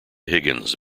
higgins